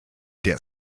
der